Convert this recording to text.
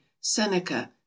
Seneca